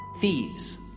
thieves